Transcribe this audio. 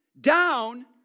down